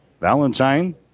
Valentine